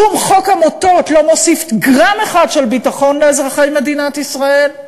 שום חוק עמותות לא מוסיף גרם אחד של ביטחון לאזרחי מדינת ישראל,